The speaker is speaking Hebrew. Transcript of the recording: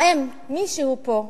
האם מישהו פה,